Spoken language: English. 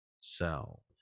sell